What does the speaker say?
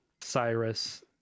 Cyrus